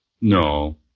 No